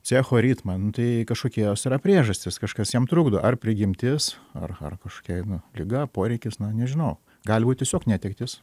cecho ritmą nu tai kažkokie jos yra priežastys kažkas jam trukdo ar prigimtis ar ar kažkokia nu liga ar poreikis na nežinau gali būt tiesiog netektis